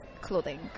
clothing